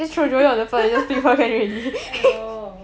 !aiyo!